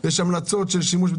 זה מחזק את הדרישה לדיפרנציאליות.